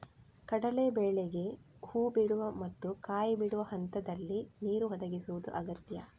ಕಡಲೇ ಬೇಳೆಗೆ ಹೂ ಬಿಡುವ ಮತ್ತು ಕಾಯಿ ಬಿಡುವ ಹಂತಗಳಲ್ಲಿ ನೀರು ಒದಗಿಸುದು ಅಗತ್ಯ